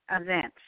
events